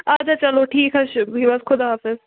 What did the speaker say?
آچھا چلو ٹھیٖک حظ چھُ بِہِو حظ خۄدا حافِظ